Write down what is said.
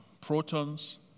protons